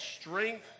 strength